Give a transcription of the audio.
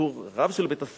בתוּר רב של בית-הספר,